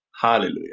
Hallelujah